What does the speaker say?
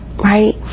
Right